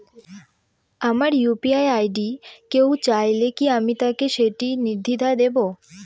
আমার UPI ID কেউ চাইলে কি আমি তাকে সেটি নির্দ্বিধায় দেব?